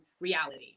reality